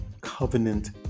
covenant